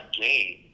game